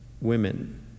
women